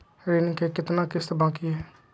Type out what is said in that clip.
ऋण के कितना किस्त बाकी है?